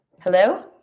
Hello